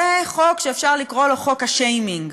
זה חוק שאפשר לקרוא לו חוק השיימינג.